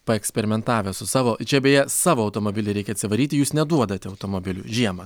paeksperimentavę su savo čia beje savo automobilį reikia atsivaryti jūs neduodate automobilių žiemą